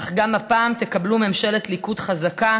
אך גם הפעם תקבלו ממשלת ליכוד חזקה,